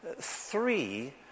three